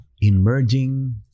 emerging